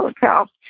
Hotel